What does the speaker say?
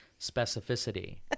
specificity